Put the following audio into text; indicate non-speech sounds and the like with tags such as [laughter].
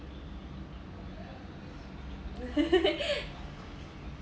[laughs]